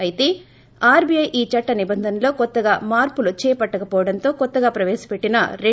అయితే ఆర్బీఐ ఈ చట్ట నిబంధనల్లో కొత్తగా మార్సులు చేపట్టకవోవడంతో కొత్తగా ప్రవేశ పెట్టిన రూ